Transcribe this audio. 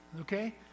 okay